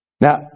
Now